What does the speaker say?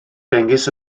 dengys